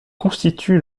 constitue